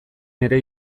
ere